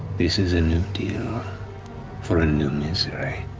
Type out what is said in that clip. this is a new deal for a new misery.